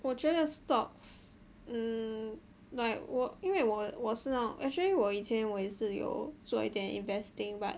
我觉得 stocks mm like 我因为我是那种 actually 我以前我也是有做一点 investing but